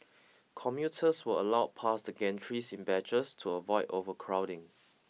commuters were allowed past the gantries in batches to avoid overcrowding